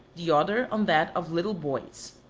the other on that of little boys.